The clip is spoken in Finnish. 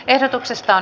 kannatan esitystä